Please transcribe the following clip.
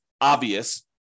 obvious